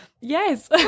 Yes